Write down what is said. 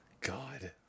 God